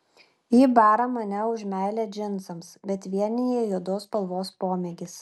ji bara mane už meilę džinsams bet vienija juodos spalvos pomėgis